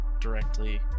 directly